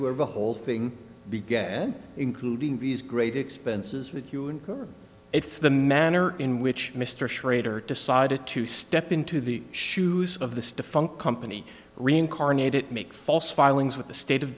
where the whole thing began including these great expenses with you and it's the manner in which mr schrader decided to step into the shoes of the defunct company reincarnated make false filings with the state of